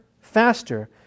faster